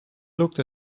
looked